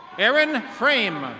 erin frame.